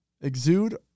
Exude